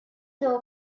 door